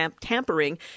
tampering